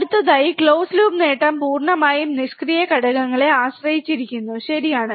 അടുത്തതായി close loop നേട്ടം പൂർണ്ണമായും നിഷ്ക്രിയ ഘടകങ്ങളെ ആശ്രയിച്ചിരിക്കുന്നു ശരിയാണ്